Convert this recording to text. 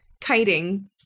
kiting